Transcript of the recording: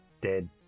dead